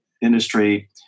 industry